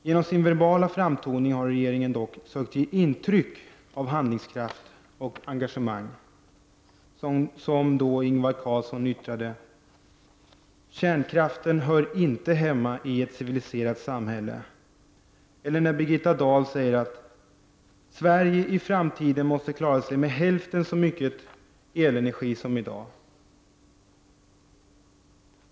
Genom sin verbala framtoning har regeringen dock sökt ge intryck av handlingskraft och engagemang, som då Ingvar Carlsson yttrade ”kärnkraften hör inte hemma i ett civiliserat samhälle”, eller när Birgitta Dahl säger att Sverige i framtiden måste klara sig med hälften så mycket energi som i dag.